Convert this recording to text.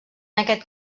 aquest